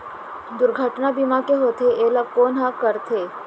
दुर्घटना बीमा का होथे, एला कोन ह करथे?